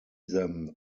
them